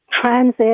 transit